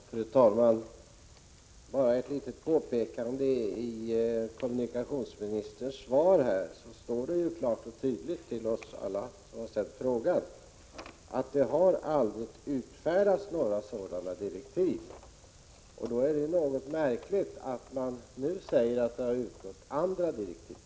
Fru talman! Bara ett litet påpekande rörande kommunikationsministerns svar. Det står klart och tydligt, för alla oss som har sett det skrivna svaret, att det aldrig har utfärdats några sådana direktiv. Då är det något märkligt att säga att det har utgått andra direktiv.